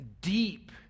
deep